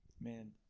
Man